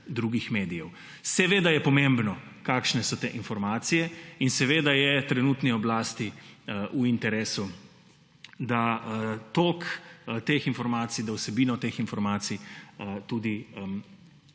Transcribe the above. Seveda je pomembno kakšne so te informacije in seveda je trenutni oblasti v interesu, da toliko teh informacij, da vsebino teh informacij tudi